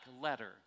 letter